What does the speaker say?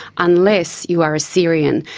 unless you are a syrian.